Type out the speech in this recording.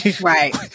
Right